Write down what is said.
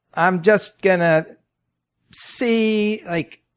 i'm just gonna see like